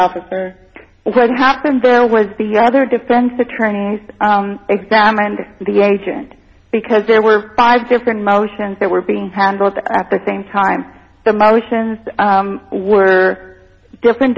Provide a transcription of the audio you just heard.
officer what happened there was the other defense attorney examined the agent because there were five different motions that were being both at the same time the motions were different